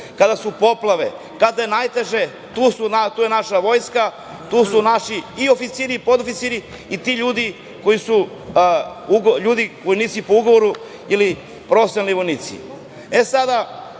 kada su poplave, kada je najteže tu je naša vojska, tu su naši i oficiri i podoficiri i ti ljudi, vojnici po ugovoru ili profesionalni vojnici. E, sada